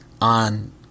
on